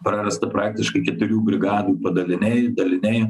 prarasta praktiškai keturių brigadų padaliniai daliniai